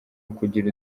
ukugira